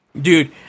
Dude